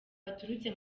baturutse